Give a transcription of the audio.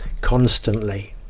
constantly